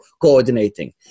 coordinating